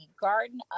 Garden